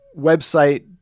website